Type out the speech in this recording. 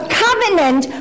covenant